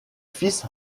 fils